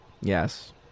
Yes